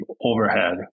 overhead